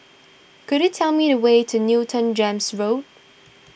could you tell me the way to Newton Gems North